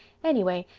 anyway,